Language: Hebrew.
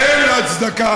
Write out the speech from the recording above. אין לה הצדקה,